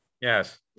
Yes